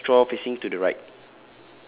uh straw facing to the right